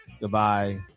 Goodbye